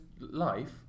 life